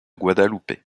guadalupe